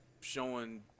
showing –